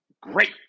great